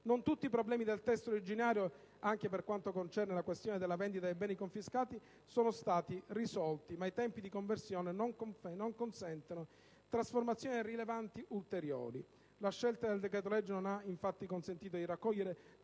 Non tutti i problemi del testo originario, anche per quanto concerne la questione della vendita dei beni confiscati, sono stati risolti, ma i tempi di conversione non consentono trasformazioni rilevanti ulteriori. La scelta del decreto-legge non ha infatti consentito di raccogliere